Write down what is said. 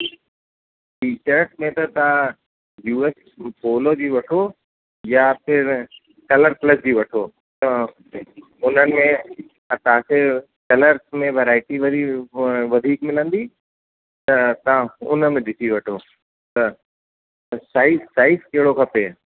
T shirts में त तव्हां यू एस पोलो जी वठो या फ़िर कलर प्लस जी वठो त उनमें असांखे कलर्स में वैराइटी वरी व वधीक मिलंदी त तव्हां उन में ॾिसी वठो त साइज़ साइज़ कहिड़ो खपे